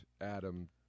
adam